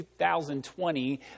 2020